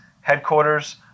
headquarters